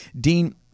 Dean